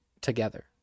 together